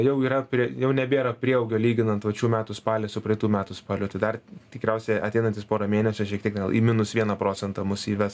jau yra prie jau nebėra prieaugio lyginant vat šių metų spalį su praeitų metų spaliu tai dar tikriausiai ateinantys pora mėnesių šiek tiek gal į minus vieną procentą mus įves